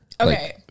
Okay